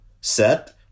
Set